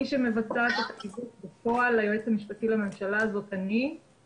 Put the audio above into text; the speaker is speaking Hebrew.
מי שמבצעת את הדיווח בפועל ליועץ המשפטי לממשלה זאת אני.